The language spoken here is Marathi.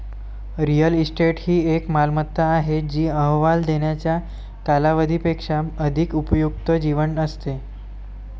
रिअल इस्टेट ही एक मालमत्ता आहे जी अहवाल देण्याच्या कालावधी पेक्षा अधिक उपयुक्त जीवन असते